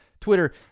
Twitter